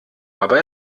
aber